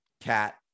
cat